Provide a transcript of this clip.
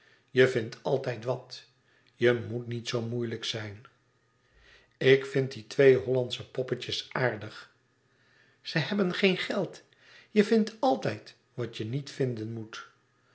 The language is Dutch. je vindt altijd wat je moet niet zoo moeilijk zijn ik vind die twee hollandsche poppetjes aardig ze hebben geen geld je vindt altijd wat je niet vinden moet